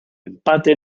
empate